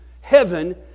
Heaven